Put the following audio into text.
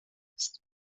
است